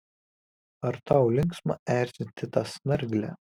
ar tau linksma erzinti tą snarglę